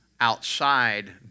outside